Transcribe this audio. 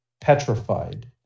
petrified